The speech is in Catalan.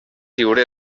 lliure